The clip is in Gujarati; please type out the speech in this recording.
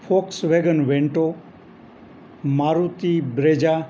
Volkswagen Vento Maruti Brezza